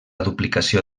duplicació